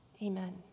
Amen